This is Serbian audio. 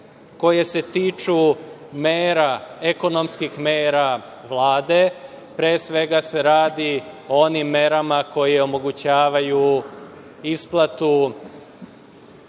koje se tiču mera, ekonomskih mera Vlade, pre svega se radi o onim merama koje omogućavaju isplatu